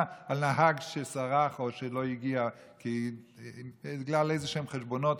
על נהג שסרח או שלא הגיע בגלל איזשהם חשבונות